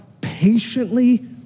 patiently